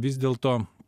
vis dėlto